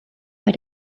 bei